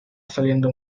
saliendo